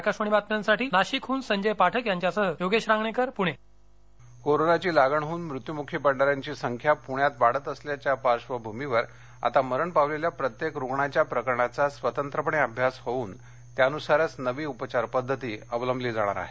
आकाशवाणी बातम्यांसाठी नाशिकहन संजय पाठक यांच्यासह योगेश रांगणेकर पुणे उपचार पणे कोरोनाची लागण होऊन मृत्युमुखी पडणाऱ्यांची संख्या पुण्यात वाढत असल्याच्या पार्श्वभूमीवर आता मरण पावलेल्या प्रत्येक रुग्णाच्या प्रकरणाचा स्वतंत्रपणे अभ्यास होऊन त्यानुसारच नवीन उपचार पद्धती अवलंबिली जाणार आहे